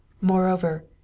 Moreover